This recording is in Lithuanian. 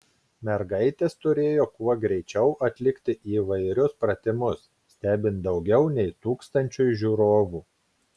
mergaitės turėjo kuo greičiau atlikti įvairius pratimus stebint daugiau nei tūkstančiui žiūrovų